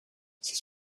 c’est